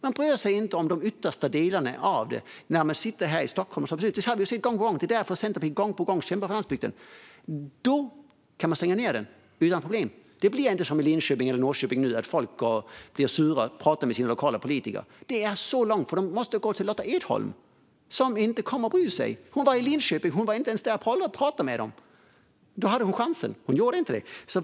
Man bryr sig inte om de yttersta delarna av landet när man sitter här i Stockholm. Det har vi sett gång på gång, och det är därför Centerpartiet gång på gång kämpar för landsbygden. Om man står här kan man stänga ned utan problem. Då blir det inte som i Linköping eller Norrköping nu, nämligen att folk blir sura och pratar med sin lokala politiker. Det blir så långt, för de måste gå till Lotta Edholm, som inte kommer att bry sig. Hon var i Linköping, men hon pratade inte ens med dem. Hon hade chansen, men hon gjorde inte det.